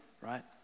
right